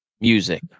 music